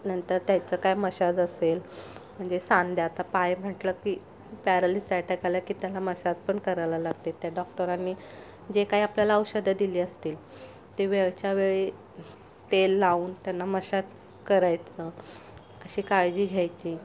नंतर त्याचं काय मशाज असेल म्हणजे सांध्यात आता पाय म्हटलं की पॅरालीस ॲटॅक आला की त्यांना मसाज पण करायला लागते त्या डॉक्टरांनी जे काही आपल्याला औषधं दिली असतील ते वेळच्यावेळी तेल लावून त्यांना मशाज करायचं अशी काळजी घ्यायची